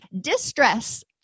Distress